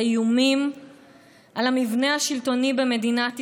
האיומים על המבנה השלטוני במדינת ישראל,